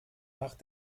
machte